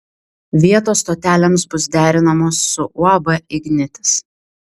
vietos stotelėms bus derinamos su uab ignitis